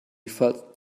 felt